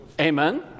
Amen